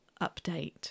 update